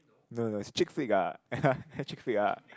no no no is chick flick ah ya chick flick ah